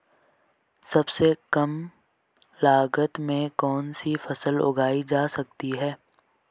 सबसे कम लागत में कौन सी फसल उगाई जा सकती है